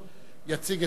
יציג את כל עמדותיו,